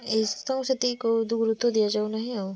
ଏହି ସେତିକି ଗୁରୁତ୍ୱ ଦିଆ ଯାଉନାହିଁ ଆଉ